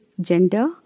gender